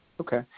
Okay